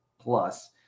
plus